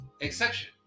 exception